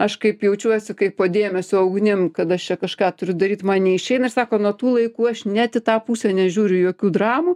aš kaip jaučiuosi kaip po dėmesio ugnim kad aš čia kažką turiu daryt man neišeina ir sako nuo tų laikų aš net į tą pusę nežiūriu jokių dramų